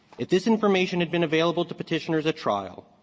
if this information had been available to petitioners at trial,